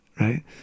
right